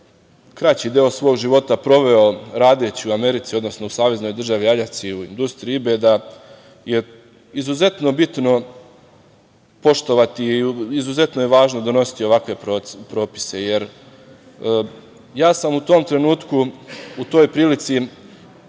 kraći deo svog života proveo radeći u Americi, odnosno u Saveznoj državi Aljasci u industriji „Ibeda“, jer izuzetno je bitno poštovati, izuzetno je važno donositi ovakve propise, jer ja sam u tom trenutku, u toj prilici